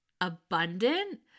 abundant